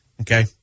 Okay